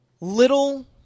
Little